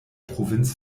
provinz